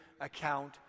account